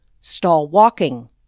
stall-walking